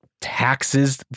taxes